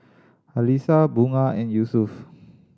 Alyssa Bunga and Yusuf